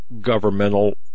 governmental